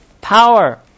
power